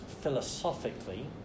philosophically